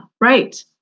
Right